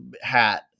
hat